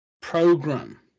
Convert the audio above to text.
program